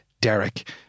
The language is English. Derek